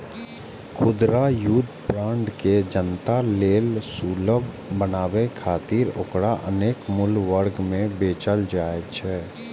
खुदरा युद्ध बांड के जनता लेल सुलभ बनाबै खातिर ओकरा अनेक मूल्य वर्ग मे बेचल जाइ छै